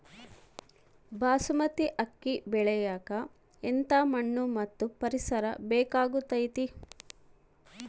ಬಾಸ್ಮತಿ ಅಕ್ಕಿ ಬೆಳಿಯಕ ಎಂಥ ಮಣ್ಣು ಮತ್ತು ಪರಿಸರದ ಬೇಕಾಗುತೈತೆ?